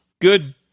Good